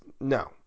No